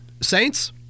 Saints